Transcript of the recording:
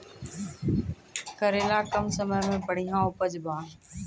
करेला कम समय मे बढ़िया उपजाई बा?